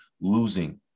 losing